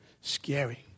scary